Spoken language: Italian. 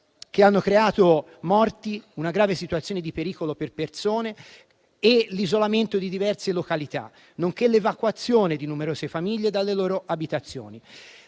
che hanno provocato morti, una grave situazione di pericolo per le persone e l'isolamento di diverse località, nonché l'evacuazione di numerose famiglie dalle loro abitazioni.